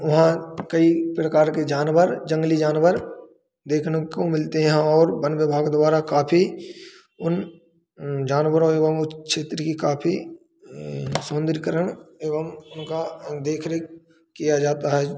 वहाँ कई प्रकार के जानवर जंगली जानवर देखने को मिलते हैं और वन विभाग द्वारा काफी उन जानवरों एवं उन क्षेत्र की काफी सोनद्रीकरण एवं उनका देख रेख किया जाता है